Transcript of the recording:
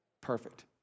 Perfect